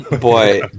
boy